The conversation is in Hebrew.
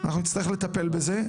אנחנו נצטרך לטפל בזה.